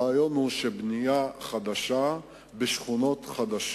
הרעיון הוא שאפשר יהיה להקצות כספים גם מתוך בנייה חדשה בשכונות חדשות